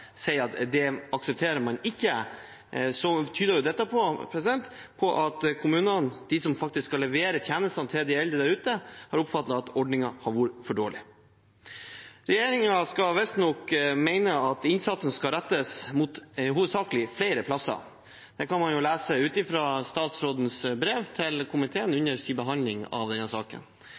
sier at man ikke aksepterer, tyder det på at kommunene, de som faktisk skal levere tjenestene til de eldre der ute, har oppfattet at ordningen har vært for dårlig. Regjeringen mener visstnok at innsatsen hovedsakelig skal rettes mot flere plasser. Det kan man lese av statsrådens brev, som ble sendt til komiteen i forbindelse med behandlingen av denne saken.